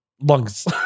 lungs